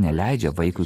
neleidžia vaikui